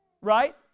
Right